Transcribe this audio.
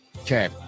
okay